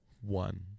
one